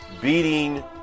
Beating